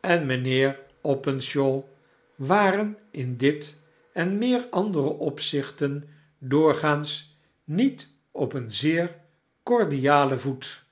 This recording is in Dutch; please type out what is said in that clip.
en mynheer openshaw waren in dit en meer andere opzichten doorgaans niet op een zeer cordialen voet